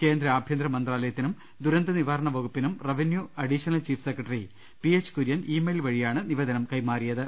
കേന്ദ്ര ആഭ്യന്തര മന്ത്രാലയത്തിനും ദുരന്തനി വാരണ വകുപ്പിനും revenue additional chief secretary PH Kurian email വഴിയാണ് നിവേദനം കൈമാറിയത്